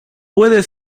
puede